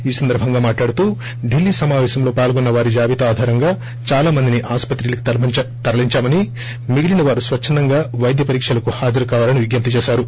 ఈ సందర్భంగా మాట్లాడుతూ ఢిల్లీ సమాపశంలో పాల్గొన్న వారి జాబితా ఆధారంగా దాలా మందిని ఆస్పత్రికి తరలిందామని మిగిలీన వారు స్వచ్చందంగా పైద్య పరీక్షలకు హాజరు కావాలని విజ్ఞప్తి చేశారు